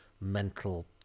mental